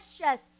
precious